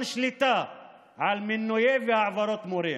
שליטה על מינויים והעברות של מורים.